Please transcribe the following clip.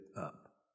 up